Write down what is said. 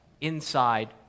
inside